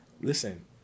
listen